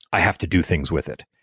i have to do things with it,